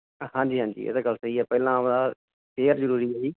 ਹਾਂਜੀ ਹਾਂਜੀ ਇਹ ਤਾਂ ਗੱਲ ਸਹੀ ਹੈ ਪਹਿਲਾਂ ਏਅਰ ਜ਼ਰੂਰੀ ਹੈ ਜੀ